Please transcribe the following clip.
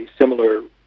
similar